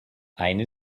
eine